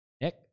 Nick